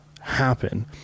happen